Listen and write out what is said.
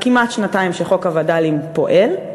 כמעט שנתיים שחוק הווד"לים פועל,